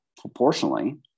proportionally